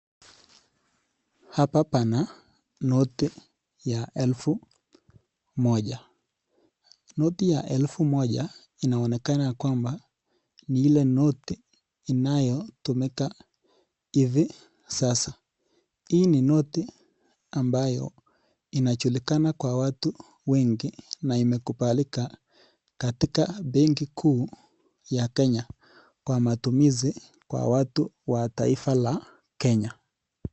Hapa pana noti ya elfu moja. Noti ya elfu moja inaonekana kwamba ni ile noti inayotumika hivi sasa, hii ni noti ambayo inajulikana kwa watu wengi na imekubalika katika benki kuu ya Kenya, kwa matumizi kwa watu wa taifa la Kenya.